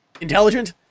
intelligent